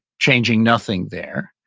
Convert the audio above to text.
changing nothing there,